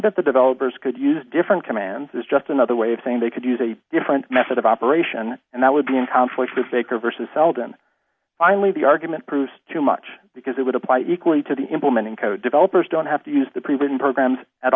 that the developers could use different commands is just another way of saying they could use a different method of operation and that would be in conflict with baker vs seldon finally the argument proves too much because it would apply equally to the implementing code developers don't have to use the proven programs at